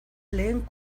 lehen